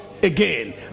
again